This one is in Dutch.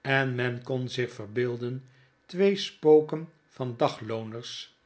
en men kon zichverbeelden twee spoken van daglooners